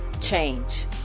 change